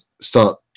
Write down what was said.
Start